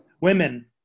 Women